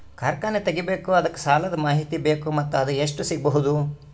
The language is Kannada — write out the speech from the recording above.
ಕಾರ್ಖಾನೆ ತಗಿಬೇಕು ಅದಕ್ಕ ಸಾಲಾದ ಮಾಹಿತಿ ಬೇಕು ಮತ್ತ ಅದು ಎಷ್ಟು ಸಿಗಬಹುದು?